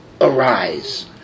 arise